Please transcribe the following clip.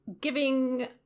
giving